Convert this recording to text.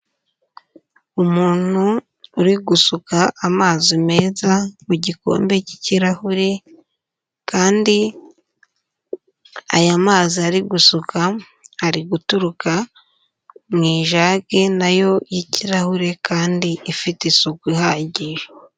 Umuntu uri gusuka amazi meza mu gikombe cy'ikirahure kandi aya mazi ari gusuka ari guturuka mu ijage na yo y'ikirahure kandi ifite isuku ihagije.